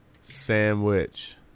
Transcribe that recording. Sandwich